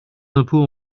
d’impôts